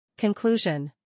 Conclusion